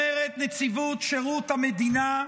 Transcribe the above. אומרת נציבות שירות המדינה: